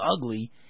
ugly